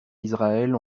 israël